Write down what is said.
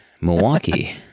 Milwaukee